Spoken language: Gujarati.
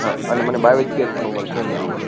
હા અને મને બાવીશ કેરેટનું અમાર સોનું હોવું જોઇએ